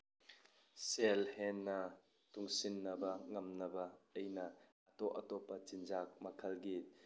ꯁꯦꯜ ꯍꯦꯟꯅ ꯇꯨꯡꯁꯤꯟꯅꯕ ꯉꯝꯅꯕ ꯑꯩꯅ ꯑꯇꯣꯞ ꯑꯇꯣꯞꯄ ꯆꯤꯟꯆꯥꯛ ꯃꯈꯜꯒꯤ